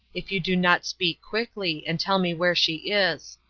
if you do not speak quickly, and tell me where she is.